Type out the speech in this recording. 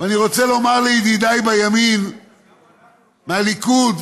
אני רוצה לומר לידידיי בימין, בליכוד,